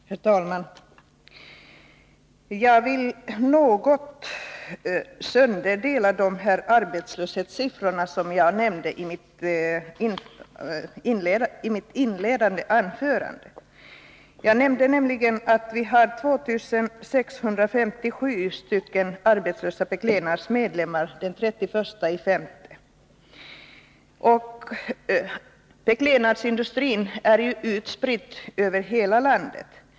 Herr talman! Jag vill något sönderdela de arbetslöshetssiffror som jag nämnde i mitt inledande anförande. Jag sade att vi hade 2 657 arbetslösa beklädnadsmedlemmar den 31 maj. Beklädnadsindustrin är utspridd över hela landet.